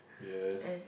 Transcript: yes